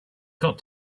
got